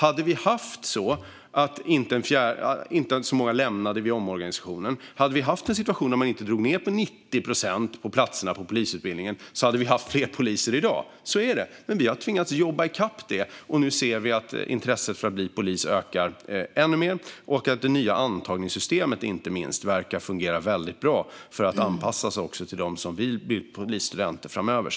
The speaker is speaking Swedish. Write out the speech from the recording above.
Om inte så många hade lämnat vid omorganisationen och om man inte hade dragit ned antalet platser på polisutbildningen med 90 procent hade vi haft fler poliser i dag. Så är det. Vi har tvingats att jobba i kapp det, och nu ser vi att intresset för att bli polis ökar ännu mer. Det nya antagningssystemet verkar också vara anpassat och fungera väldigt bra för dem som vill bli polisstudenter framöver.